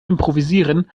improvisieren